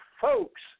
folks